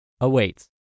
awaits